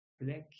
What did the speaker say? black